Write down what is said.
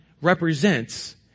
represents